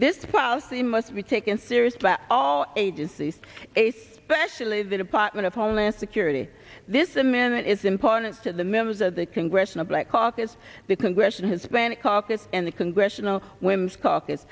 this policy must be taken seriously at all agencies a specially the department of homeland security this amendment is important to the members of the congressional black caucus the congressional hispanic caucus and the congressional women's